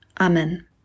amen